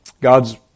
God's